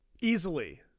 easily